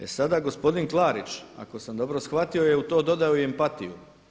E sada gospodin Klarić ako sam dobro shvatio je u to dodao i empatiju.